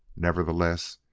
nevertheless,